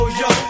yo